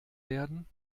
werden